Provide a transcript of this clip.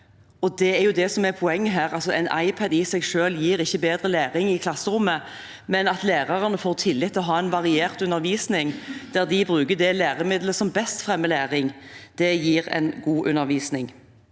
som er poenget her. En iPad i seg selv gir ikke bedre læring i klasserommet, men at lærerne får tillit til å ha variert undervisning der de bruker det læremiddelet som best fremmer læring, gir god undervisning.